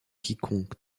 quiconque